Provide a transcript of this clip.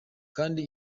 kandi